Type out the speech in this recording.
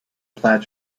plaid